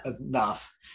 enough